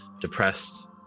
depressed